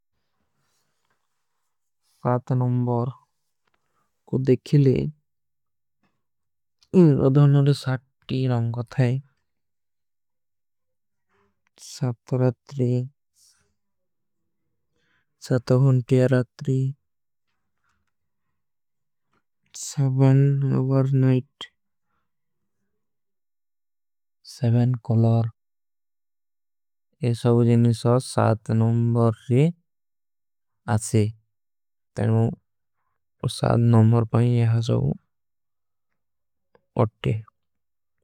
ସାଥ ନୁମ୍ବର କୋ ଦେଖିଲେ ଅଧଵନର ସାଥ କୀ ରଂଗ ଥାଈ। ସାଥ ରାତ୍ରୀ ସାଥ ଅଧଵନ କେ ରାତ୍ରୀ ସାବନ ଅବର ନାଇଟ। ସାବନ କଲର ଯେ ସଭୂ ଜିନିଷ୍ଵାସ ସାଥ ନୁମ୍ବର କେ। ଆଛେ ତୈମୂ ଉସ ସାଥ ନୁମ୍ବର ପାଈ ଯହାଁ ସଭୂ ଉଟ୍ଟେ।